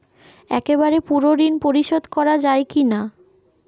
একবারে পুরো ঋণ পরিশোধ করা যায় কি না?